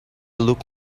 look